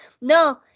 no